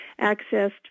accessed